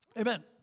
Amen